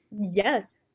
Yes